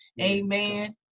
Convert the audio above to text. Amen